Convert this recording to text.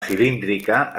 cilíndrica